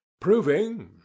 proving